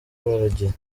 baragiye